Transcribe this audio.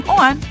on